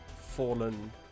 fallen